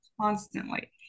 constantly